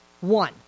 One